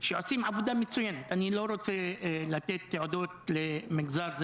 שעושים עבודה מצוינת אני לא רוצה לתת תעודות למגזר כזה